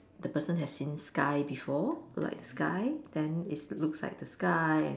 the person has seen sky before like sky then it's looks like the sky and